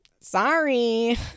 Sorry